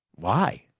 why?